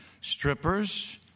strippers